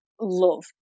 love